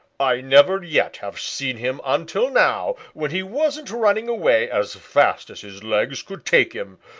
i never yet have seen him until now, when he wasn't running away as fast as his legs could take him.